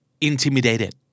Intimidated